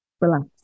Relax